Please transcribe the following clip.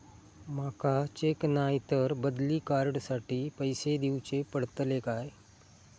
माका चेक नाय तर बदली कार्ड साठी पैसे दीवचे पडतले काय?